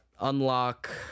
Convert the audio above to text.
unlock